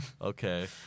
Okay